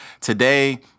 today